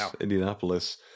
indianapolis